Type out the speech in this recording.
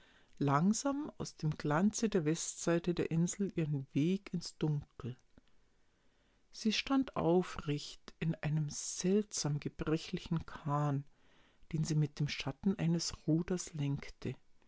langsam aus dem glanze der westseite der insel ihren weg ins dunkel sie stand aufrecht in einem seltsam gebrechlichen kahn den sie mit dem schatten eines ruders lenkte